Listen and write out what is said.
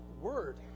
word